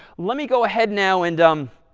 let me go ahead now and um